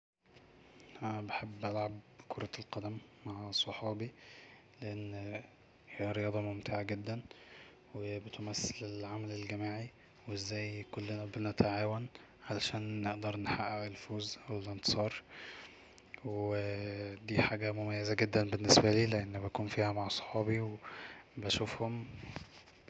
انا بحب العب كره القدم مع صحابي لأن هي رياضة ممتعة جدا وبتمثل العمل الجماعي وازاي كلنا نتعاون علشان نقدر نحقق الفوز أو الانتصار ودي حاجة مميزة جدا بالنسبالي لاني بكون فيها مع صحابي وبشوفهم